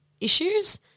issues